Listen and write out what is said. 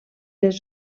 les